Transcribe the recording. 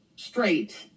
straight